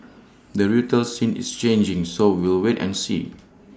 the retail scene is changing so we'll wait and see